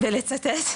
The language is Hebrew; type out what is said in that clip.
ולצטט,